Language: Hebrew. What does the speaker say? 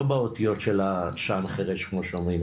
לא באותיות של ה"שען החירש" כמו שאומרים,